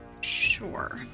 Sure